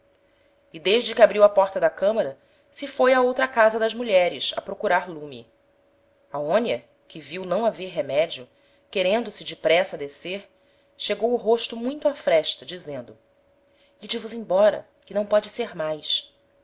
e desde que abriu a porta da camara se foi á outra casa das mulheres a procurar lume aonia que viu não haver remedio querendo-se depressa descer chegou o rosto muito á fresta dizendo ide vos embora que não póde ser mais